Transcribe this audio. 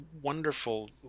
wonderful